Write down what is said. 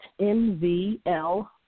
MVL